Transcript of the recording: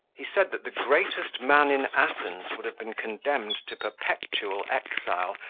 he said, that the greatest man in athens would have been condemned to perpetual exile,